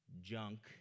junk